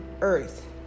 earth